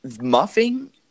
muffing